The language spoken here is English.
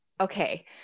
okay